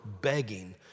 begging